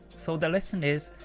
so the lesson is,